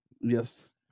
Yes